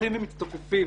הולכים ומצטופפים.